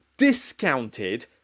discounted